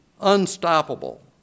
unstoppable